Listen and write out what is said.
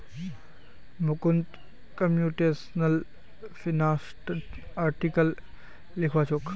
Mukund computational फिनांसत article लिखछोक